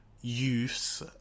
youths